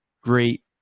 Great